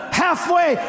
halfway